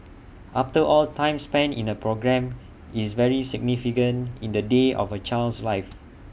after all time spent in A programme is very significant in the day of A child's life